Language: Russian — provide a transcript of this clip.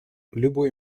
любой